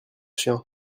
chiens